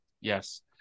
Yes